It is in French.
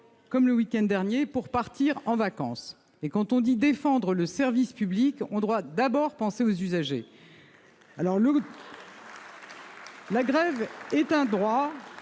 comme le week-end dernier, pour partir en vacances. Quand on dit défendre le service public, on doit penser d'abord aux usagers ! La grève est un droit,